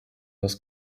das